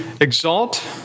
exalt